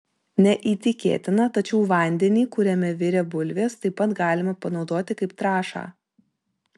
neįtikėtina tačiau vandenį kuriame virė bulvės taip pat galima panaudoti kaip trąšą